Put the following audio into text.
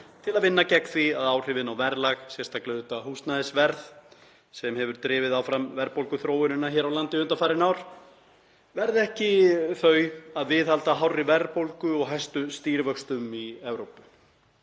til að vinna gegn því að áhrifin á verðlag, sérstaklega auðvitað húsnæðisverð, sem hefur drifið áfram verðbólguþróunina hér á landi undanfarin ár, verði ekki þau að viðhalda hárri verðbólgu og hæstu stýrivöxtum í Evrópu.